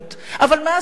אבל מאז הוא לא מיישם.